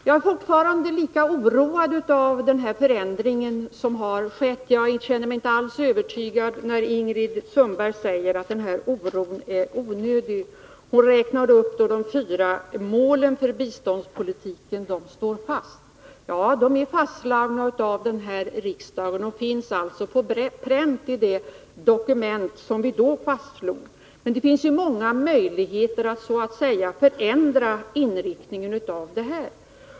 Jag är fortfarande lika oroad av den förändring som skett. Jag känner mig inte alls övertygad, när Ingrid Sundberg säger att oron är onödig. Ingrid Sundberg räknar upp de fyra målen för biståndspolitiken och säger att de står fast. Ja, de är fastslagna av denna riksdag och finns alltså på pränt i det dokument som då upprättades, men det finns många möjligheter att så att säga förändra inriktningen.